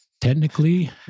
Technically